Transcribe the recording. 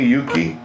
Yuki